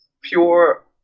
Pure